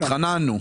התחננו.